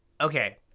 Okay